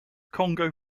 congo